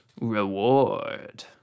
reward